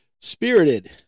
Spirited